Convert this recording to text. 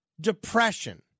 depression